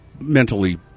mentally